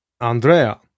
Andrea